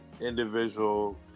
individual